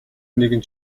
нэгэн